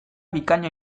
bikaina